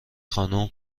خانم